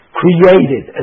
created